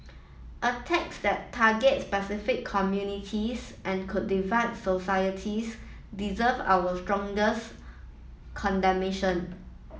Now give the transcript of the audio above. attacks that target specific communities and could divide societies deserve our strongest condemnation